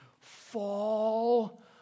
fall